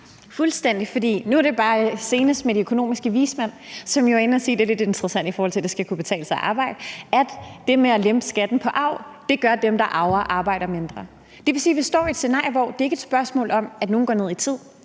nu er det bare senest de økonomiske vismænd, som jo, og det er lidt interessant, i forhold til at det skal kunne betale sig at arbejde, er inde at sige, at det med at lempe skatten på arv gør, at dem, der arver, arbejder mindre. Det vil sige, at vi står i et scenarie, hvor det ikke er et spørgsmål om, at nogle går ned i tid,